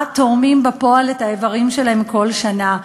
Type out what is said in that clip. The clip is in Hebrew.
תורמים בפועל את האיברים שלהם כל שנה.